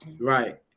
right